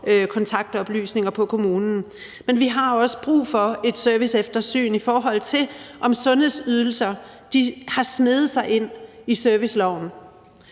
kontaktoplysninger på kommunen. Men vi har også brug for et serviceeftersyn, i forhold til om sundhedsydelser har sneget sig ind i serviceloven,